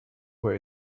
way